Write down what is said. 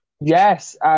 Yes